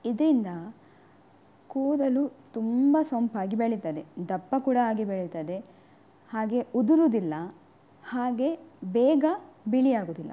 ಇದರಿಂದ ಕೂದಲು ತುಂಬ ಸೊಂಪಾಗಿ ಬೆಳಿತದೆ ದಪ್ಪ ಕೂಡ ಆಗಿ ಬೆಳಿತದೆ ಹಾಗೆ ಉದುರೋದಿಲ್ಲ ಹಾಗೆ ಬೇಗ ಬಿಳಿಯಾಗೋದಿಲ್ಲ